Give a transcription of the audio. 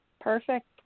Perfect